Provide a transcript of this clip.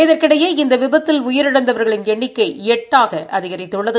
இதற்கிடையே இந்த விபத்தில் உயிரிழந்தவர்களின் எண்ணிக்கை எட்டாக அதிகரித்துள்ளது